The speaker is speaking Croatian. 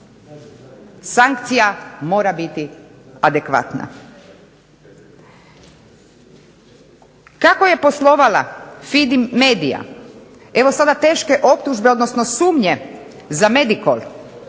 sankcija mora biti adekvatna. Kako je poslovala FIMI MEDIA, evo sada teške optužbe odnosno sumnje za Medikol,